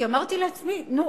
כי אמרתי לעצמי: נו,